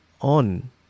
on